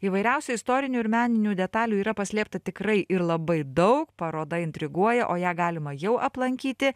įvairiausių istorinių ir meninių detalių yra paslėpta tikrai ir labai daug paroda intriguoja o ją galima jau aplankyti